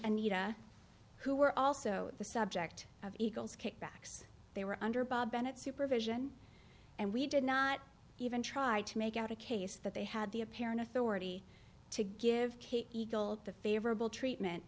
needa who were also the subject of eagles kickbacks they were under bob bennett supervision and we did not even try to make out a case that they had the apparent authority to give kate eagle the favorable treatment